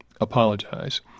apologize